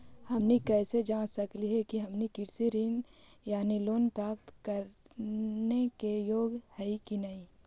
हमनी कैसे जांच सकली हे कि हमनी कृषि ऋण यानी लोन प्राप्त करने के योग्य हई कि नहीं?